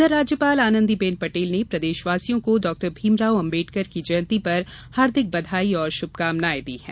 इधर राज्यपाल आनंदीबेन पटेल ने प्रदेशवासियों को डॉ भीमराव अंबेडकर की जयंती पर हार्दिक बधाई एवं श्रभकामनाएं दी हैं